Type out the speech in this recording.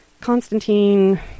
Constantine